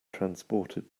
transported